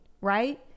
Right